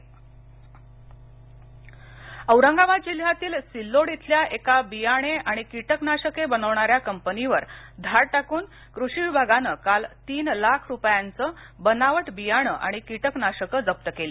बनावट बियाणे औरंगाबाद जिल्ह्यातील सिल्लोड इथल्या एका बियाणे आणि कीटकनाशके बनवणाऱ्या कंपनीवर धाड टाकून कृषी विभागानं काल तीन लाख रुपयांचे बनावट बियाणे आणि कीटकनाशके जप्त केली